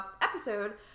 episode